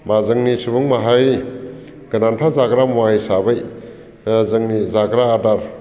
बा जोंनि सुबुं माहारिनि गोनांथार जाग्रा मुवा हिसाबै जोंनि जाग्रा आदार